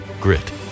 grit